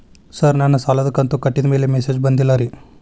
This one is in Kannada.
ಸರ್ ನನ್ನ ಸಾಲದ ಕಂತು ಕಟ್ಟಿದಮೇಲೆ ಮೆಸೇಜ್ ಬಂದಿಲ್ಲ ರೇ